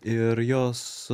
ir jos